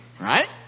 Right